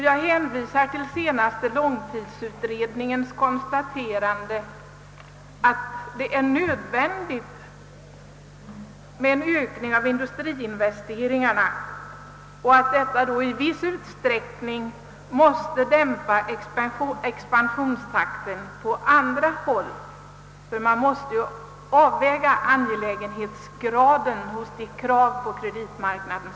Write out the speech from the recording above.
Jag hänvisar till den senaste långtidsutredningens konstaterande, att det är nödvändigt med en ökning av industriinvesteringarna och att denna i viss utsträckning måste dämpa expansionstakten på andra områden, ty det måste ske en avvägning med avseende på angelägenhetsgraden hos de krav som ställs på kreditmarknaden.